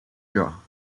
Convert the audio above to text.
draw